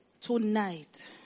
Tonight